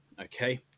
okay